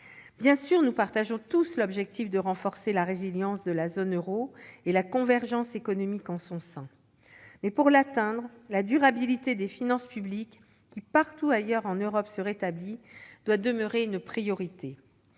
Bien sûr, nous partageons tous l'objectif de renforcer la résilience de la zone euro et la convergence économique en son sein. Pour l'atteindre, la durabilité des finances publiques, qui partout ailleurs en Europe se rétablit, doit demeurer une priorité.